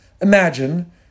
Imagine